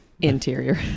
Interior